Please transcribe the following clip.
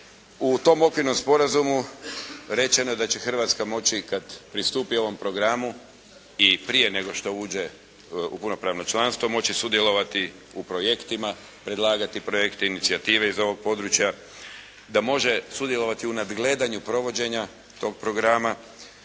U tom Okvirnom sporazumu rečeno je da će Hrvatska moći kad pristupi ovom programu i prije nego što uđe u punopravno članstvo, moći sudjelovati u projektima, predlagati projekte, inicijative iz ovog područja, da može sudjelovati u nadgledanju provođenja tog programa.